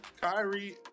Kyrie